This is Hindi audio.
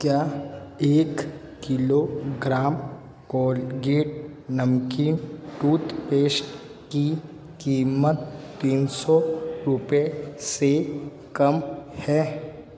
क्या एक किलो ग्राम कोलगेट नमकीन टूथपेस्ट की कीमत तीन सौ रुपए से कम हैं